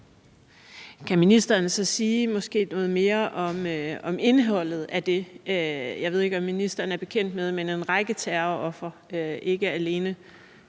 Kan ministeren så måske sige noget mere om indholdet af det. Jeg ved ikke, om ministeren er bekendt med det, men en række terrorofre – ikke alene